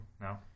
No